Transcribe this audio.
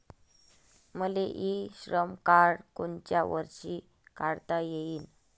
मले e Shram card कोनच्या वर्षी काढता येईन?